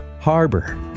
Harbor